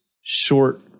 short